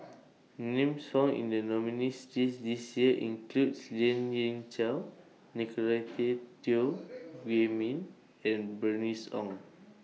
Names found in The nominees' list This Year include Lien Ying Chow Nicolette Teo Wei Min and Bernice Ong